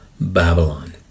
Babylon